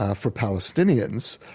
ah for palestinians,